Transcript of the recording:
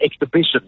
exhibition